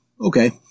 okay